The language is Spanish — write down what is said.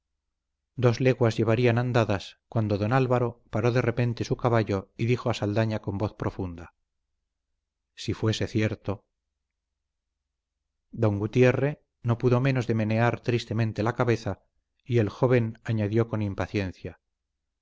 dos leguas llevarían andadas cuando don álvaro paró de repente su caballo y dijo a saldaña con voz profunda si fuese cierto don gutierre no pudo menos de menear tristemente la cabeza y el joven añadió con impaciencia